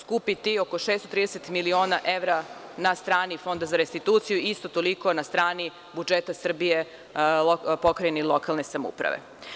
skupiti oko 630 miliona evra na strani Fonda za restituciju i isto toliko na strani budžeta Srbije, pokrajine i lokalne samouprave.